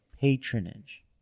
patronage